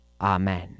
Amen